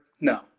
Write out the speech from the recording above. no